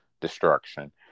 destruction